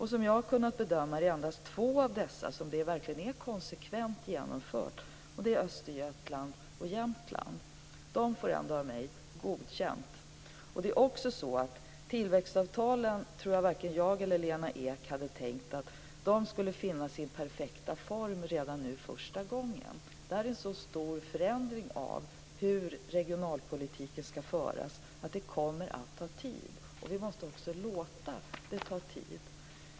Som jag har kunnat bedöma det är det endast i två av dessa som det är konsekvent genomfört, nämligen i Östergötland och i Jämtland. De får ändå av mig godkänt. Jag tror inte att vare sig jag eller Lena Ek hade tänkt att tillväxtavtalen skulle finna dess perfekta form redan nu första gången. De innebär en så stor förändring i sättet att föra regionalpolitiken att det kommer att ta tid. Vi måste också låta det ta tid.